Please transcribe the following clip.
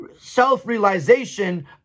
self-realization